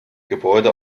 gebäude